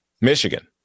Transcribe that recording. Michigan